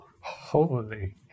Holy